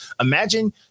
Imagine